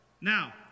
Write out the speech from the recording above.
Now